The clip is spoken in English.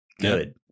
good